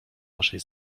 naszej